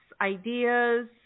ideas